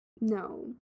No